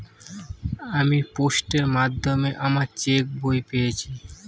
আমি পোস্টের মাধ্যমে আমার চেক বই পেয়েছি